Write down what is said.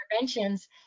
interventions